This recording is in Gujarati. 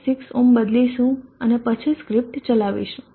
6 ઓહ્મ બદલીશું અને પછી સ્ક્રિપ્ટ ચલાવીશું